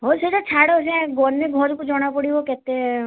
ହଉ ସେଇଟା ଛାଡ଼ ସେ ଗନେ ଘରୁକୁ ଜଣାପଡ଼ିବ କେତେ